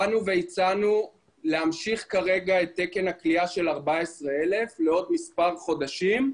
באנו והצענו להמשיך כרגע את תקן הכליאה של 14,000 לעוד מספר חודשים,